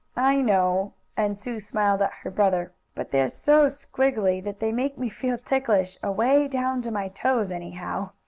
i know, and sue smiled at her brother, but they are so squiggily that they make me feel ticklish away down to my toes, anyhow.